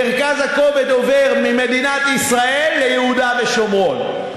מרכז הכובד עובר ממדינת ישראל ליהודה ושומרון.